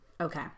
Okay